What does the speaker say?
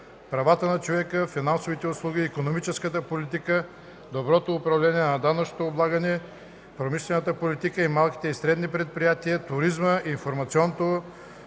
правата на човека, финансовите услуги, икономическата политика, доброто управление на данъчното облагане, промишлената политика и малките и средните предприятия, туризма, информационното